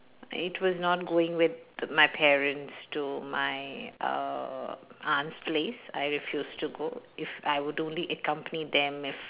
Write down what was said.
it was not going with my parents to my uh aunt's place I refused to go if I would only accompany them if